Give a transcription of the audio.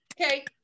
Okay